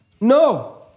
No